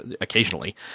occasionally